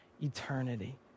eternity